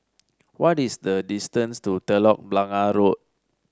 what is the distance to Telok Blangah Road